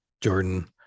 Jordan